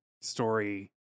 story